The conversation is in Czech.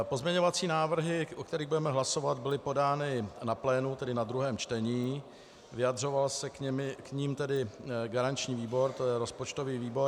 Pozměňovací návrhy, o kterých budeme hlasovat, byly podány na plénu, tedy ve druhém čtení, vyjadřoval se k nim tedy garanční výbor, tj. rozpočtový výbor.